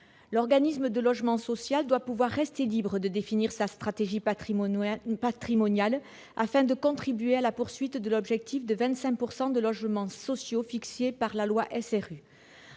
L'organisme de logement social doit pouvoir rester libre de définir sa stratégie patrimoniale, afin de contribuer à la poursuite de l'objectif de 25 % de logements sociaux fixé par la loi SRU.